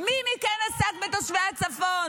תגידי, באמת.